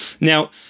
Now